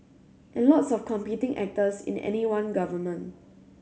and lots of competing actors in any one government